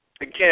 again